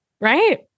Right